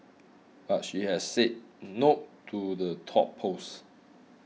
but she has said no to the top post